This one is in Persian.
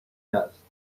است